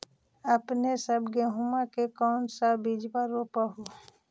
अपने सब गेहुमा के कौन सा बिजबा रोप हू?